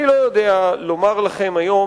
אני לא יודע לומר לכם היום,